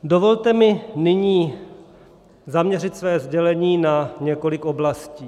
Dovolte mi nyní zaměřit své sdělení na několik oblastí.